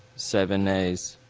seven nays,